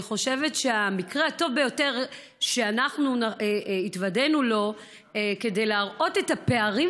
אני חושבת שהמקרה הטוב ביותר שאנחנו התוודענו לו כדי להראות את הפערים